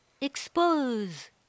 Expose